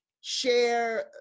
share